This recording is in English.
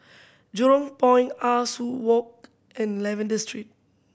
Jurong Point Ah Soo Walk and Lavender Street